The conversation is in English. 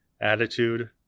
Attitude